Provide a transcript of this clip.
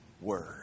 Word